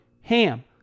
HAM